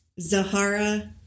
Zahara